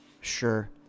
Sure